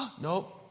Nope